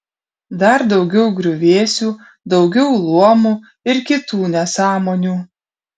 dar daugiau griuvėsių daugiau luomų ir kitų nesąmonių